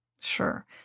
Sure